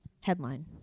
Headline